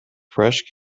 fresh